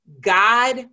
God